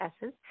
essence